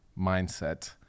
mindset